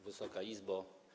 Wysoka Izbo!